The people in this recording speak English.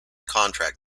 contract